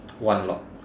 one lock